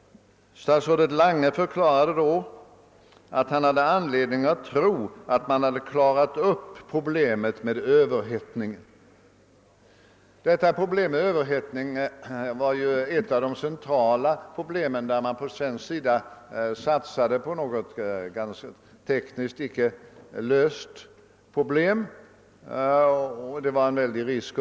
Statsrådet Lange förklarade då att han hade anledning att tro att man hade klarat upp problemet med överhettningen. Detta var ett av de centrala tekniska problemen. Man hade från svensk sida satsat på en teknik där detta problem inte hade lösts och tog därmed en väldig risk.